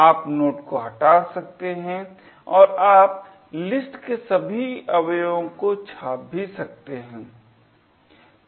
आप नोड को हटा सकते है और आप लिस्ट के सभी अवयवों को छाप भी सकते है